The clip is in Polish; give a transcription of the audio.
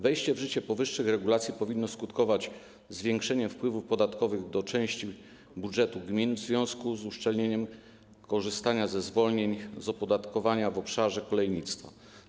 Wejście w życie powyższych regulacji powinno skutkować zwiększeniem wpływów podatkowych do części budżetu gmin w związku z uszczelnieniem korzystania ze zwolnień z opodatkowania w obszarze kolejnictwa.